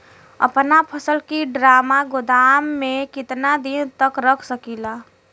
अपना फसल की ड्रामा गोदाम में कितना दिन तक रख सकीला?